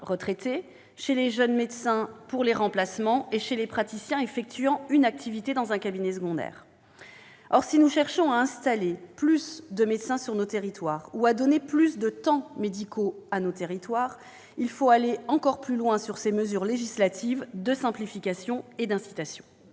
chez les jeunes médecins pour les remplacements et chez les praticiens exerçant une activité dans un cabinet secondaire. Si nous voulons installer un plus grand nombre de médecins sur nos territoires ou donner à ceux-ci plus de temps médicaux, il faut aller encore plus loin sur ces mesures législatives de simplification et d'incitation.